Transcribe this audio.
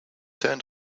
turned